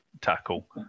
tackle